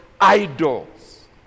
idols